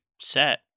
set